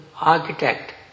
architect